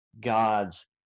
God's